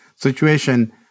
situation